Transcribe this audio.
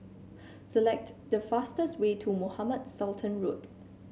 select the fastest way to Mohamed Sultan Road